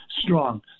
strong